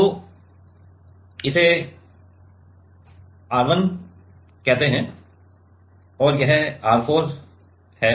तो इसे R 1 कहते हैं और यह R 4 है